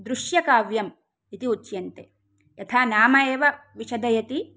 दृश्यकाव्यम् इति उच्यन्ते यथा नाम एव विशदयति